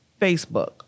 Facebook